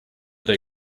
they